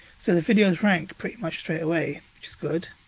so the video was ranked pretty much straight away, which is good.